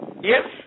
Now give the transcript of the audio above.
Yes